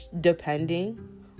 depending